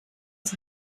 als